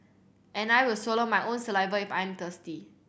and I will swallow my own saliva if I'm thirsty